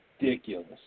ridiculous